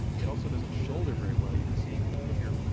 it also doesn't shoulder very well. you can see, to put your,